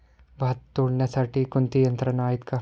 भात तोडण्यासाठी कोणती यंत्रणा आहेत का?